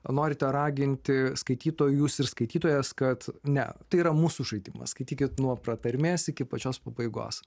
norite raginti skaitytojus ir skaitytojas kad ne tai yra mūsų žaidimas skaitykit nuo pratarmės iki pačios pabaigos